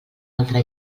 altra